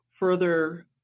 further